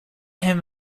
him